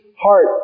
heart